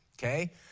Okay